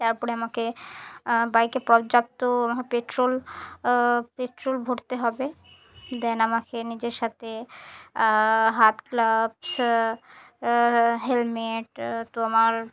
তার পরে আমাকে বাইকে পর্যাপ্ত আমাকে পেট্রোল পেট্রোল ভরতে হবে দেন আমাকে নিজের সাথে হাত গ্লাভস হেলমেট তো আমার